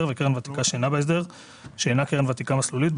וקרן ותיקה שאינה בהסדר שאינה קרן ותיקה מסלולית,